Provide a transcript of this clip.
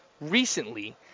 recently